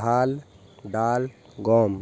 ধাল, ডাল, গম